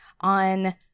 on